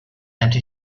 empty